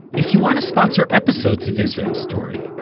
if you want to sponsor episodes of israel story,